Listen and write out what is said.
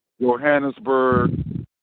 Johannesburg